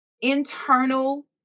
internal